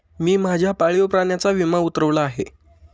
मी माझ्या पाळीव प्राण्याचा विमा उतरवला आहे